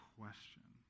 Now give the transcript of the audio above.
question